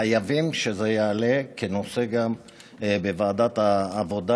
חייבים שזה יעלה גם כנושא בוועדת העבודה,